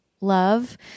love